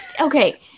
okay